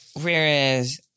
whereas